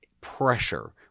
pressure